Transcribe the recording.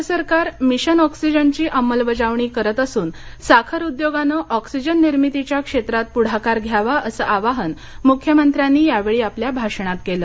राज्य सरकार मिशन ऑक्सिजनची अंमलबजावणी करत असून साखर उद्योगानं ऑक्सिजन निर्मितीच्या क्षेत्रांत प्रढाकार घ्यावा असं आवाहन मुख्यमंत्र्यांनी यावेळी आपल्या भाषणात केलं